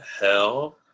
hell